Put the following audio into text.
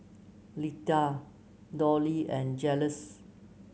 Letta Dollie and Julius